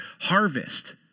harvest